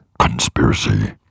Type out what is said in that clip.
Conspiracy